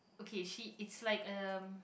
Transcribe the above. kay she it's like uh